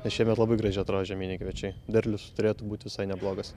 nes šiemet labai gražiai atrodo žieminiai kviečiai derlius turėtų būt visai neblogas